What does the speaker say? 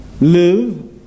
live